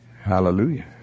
Hallelujah